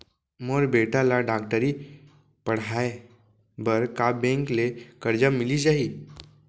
मोर बेटा ल डॉक्टरी पढ़ाये बर का बैंक ले करजा मिलिस जाही?